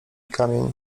kamień